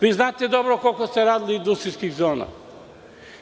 Vi znate dobro koliko ste radili industrijskih zona radili.